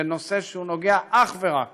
זה נושא שקשור אך ורק